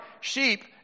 Sheep